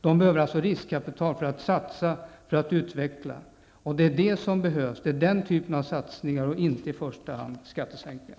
Det behövs alltså riskkapital för att man skall kunna satsa och utveckla. Det är den typen av satsningar som behövs och inte i första hand skattesänkningar.